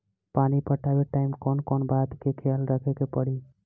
पानी पटावे टाइम कौन कौन बात के ख्याल रखे के पड़ी?